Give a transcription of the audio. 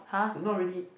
is not really